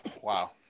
wow